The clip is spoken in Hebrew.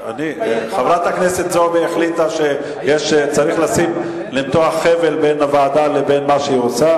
חברת הכנסת זועבי החליטה שצריך למתוח חבל בין הוועדה לבין מה שהיא עושה,